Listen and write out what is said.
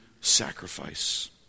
sacrifice